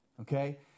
Okay